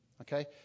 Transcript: okay